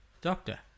Doctor